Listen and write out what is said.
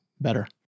better